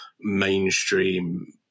mainstream